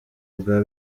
bwa